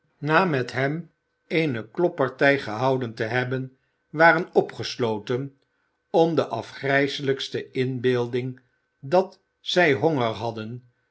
na met hem eene kloppartij gehouden te hebben waren opgesloten om de afgrijselijke inbeelding dat zij honger hadden